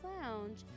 Lounge